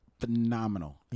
phenomenal